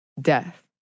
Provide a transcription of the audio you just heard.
Death